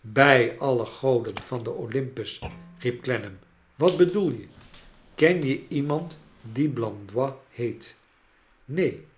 brj alle goden van den olympus riep clennam wat bedoel je ken je iemand die blandois heet neen